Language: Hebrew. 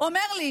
הוא אומר לי